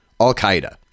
al-qaeda